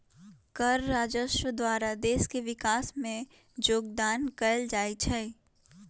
कर राजस्व द्वारा देश के विकास में जोगदान कएल जाइ छइ